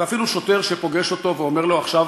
ואפילו שוטר שפוגש אותו ואומר לו: עכשיו